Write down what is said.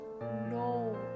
no